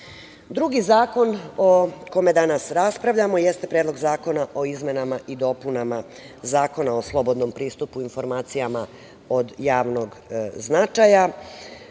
zakon o kome danas raspravljamo jeste Predlog zakona o izmenama i dopunama Zakona o slobodnom pristupu informacijama, od javnog značaja. Zakon